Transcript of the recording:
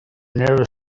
never